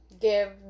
give